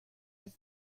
have